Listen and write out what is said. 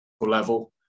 level